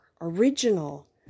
original